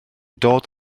dod